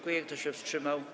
Kto się wstrzymał?